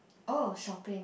oh shopping